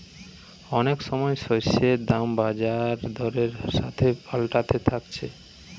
অনেক সময় শস্যের দাম বাজার দরের সাথে পাল্টাতে থাকছে